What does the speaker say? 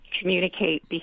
communicate